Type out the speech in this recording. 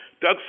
Doug